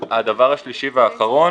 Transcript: הדבר השלישי והאחרון